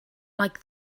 like